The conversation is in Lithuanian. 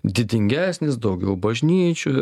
didingesnis daugiau bažnyčių